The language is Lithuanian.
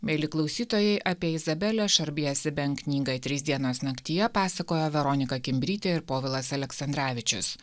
mieli klausytojai apie izabelės šarbie siben knygą trys dienos naktyje pasakojo veronika kimbrytė ir povilas aleksandravičius